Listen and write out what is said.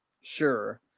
Sure